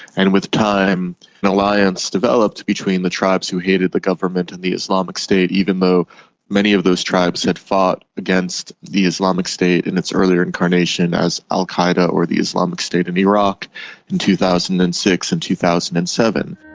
and with time an alliance developed between the tribes who hated the government and the islamic state, even though many of those tribes had fought against the islamic state in its earlier incarnation as al qaeda or the islamic state of iraq in two thousand and six and two thousand and seven.